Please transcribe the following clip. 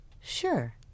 sure